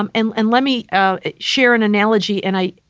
um and and let me share an analogy. and i.